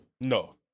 No